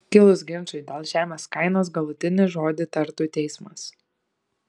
kilus ginčui dėl žemės kainos galutinį žodį tartų teismas